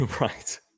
Right